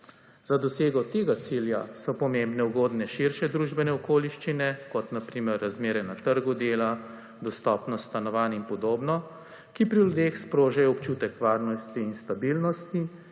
Za dosego tega cilja so pomembne ugodne širše družbene okoliščine, kot na primer razmere na trgu dela, dostopnost stanovanj in podobno, ki pri ljudeh sprožajo občutek varnosti in stabilnosti